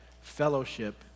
fellowship